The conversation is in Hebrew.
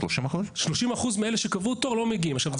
30% מאלה שקבעו תור, לא מגיעים.